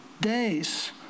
days